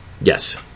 Yes